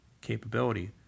capability